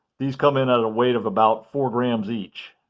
these come in at a weight of about four grams each.